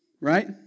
Right